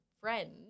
friend